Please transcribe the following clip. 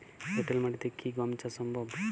এঁটেল মাটিতে কি গম চাষ সম্ভব?